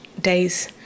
days